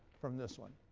from this one.